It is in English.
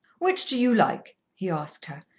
which do you like? he asked her.